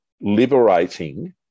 liberating